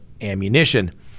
ammunition